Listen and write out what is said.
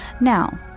now